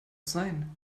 sein